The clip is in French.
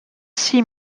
six